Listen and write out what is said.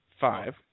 five